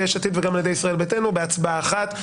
יש עתיד וגם על ידי ישראל ביתנו בהצבעה אחת.